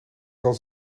del